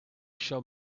shall